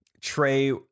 Trey